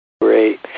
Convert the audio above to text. Great